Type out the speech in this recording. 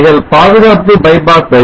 இவைகள் பாதுகாப்பு bypass diodes